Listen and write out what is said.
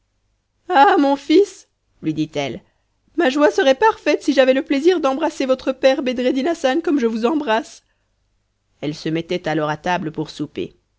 mon fils lui dit-elle ma joie serait parfaite si j'avais le plaisir d'embrasser votre père bedreddin hassan comme je vous embrasse elle se mettait alors à table pour souper